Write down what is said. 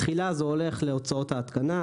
תחילה זה הולך להוצאות ההתקנה,